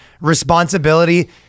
responsibility